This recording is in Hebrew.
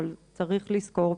אבל צריך לזכור,